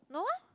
no ah